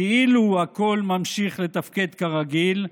כאילו הכול ממשיך לתפקד כרגיל,